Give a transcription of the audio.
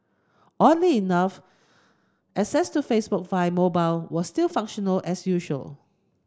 oddly enough access to Facebook via mobile was still functional as usual